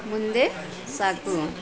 ಮುಂದೆ ಸಾಗು